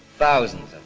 thousands